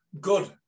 good